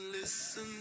listen